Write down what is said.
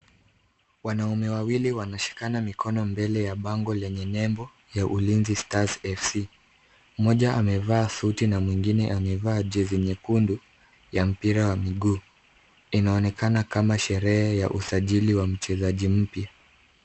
Wanaume wawili wanashikana mikono mbele ya bango lenye nembo ya Ulinzi Stars FC. Mmoja amevaa suti na mwingine amevaa jezi nyekundu ya mpira wa mguu. Inaonekana kama sherehe ya usajili wa mchezaji mpya.